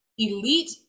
elite